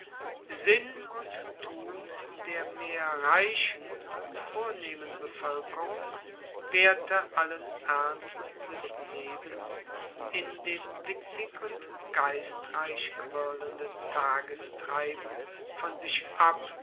sinn und tun der mehr reichen als vornehmen bevoelkerung wehrte allen ernst des lebens in dem witzig und geistreich quirlenden tagestreiben von sich ab